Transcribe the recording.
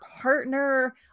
partner